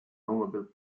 snowmobile